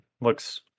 looks